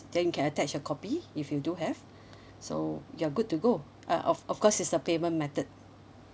then you can attach a copy if you do have so you're good to go uh of of course it's the payment method